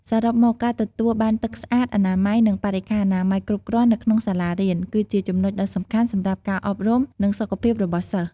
សរុបមក ការទទួលបានទឹកស្អាត អនាម័យ និងបរិក្ខារអនាម័យគ្រប់គ្រាន់នៅក្នុងសាលារៀន គឺជាចំណុចដ៏សំខាន់សម្រាប់ការអប់រំ និងសុខភាពរបស់សិស្ស។